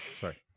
Sorry